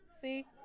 See